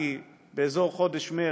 כי באזור חודש מרס,